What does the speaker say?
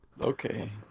Okay